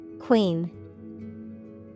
Queen